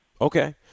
Okay